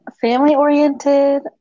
family-oriented